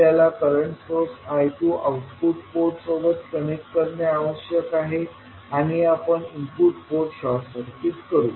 आपल्याला current source I2 output port सोबत connect करणे आवश्यक आहे आणि आपण इनपुट पोर्ट शॉर्ट सर्किट करू